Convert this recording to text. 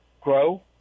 grow